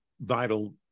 vital